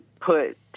put